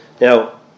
Now